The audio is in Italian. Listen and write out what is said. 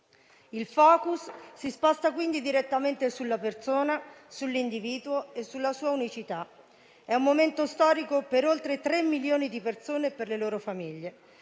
Il *focus* si sposta quindi direttamente sulla persona, sull'individuo e sulla sua unicità. È un momento storico per oltre tre milioni di persone e le loro famiglie.